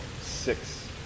Six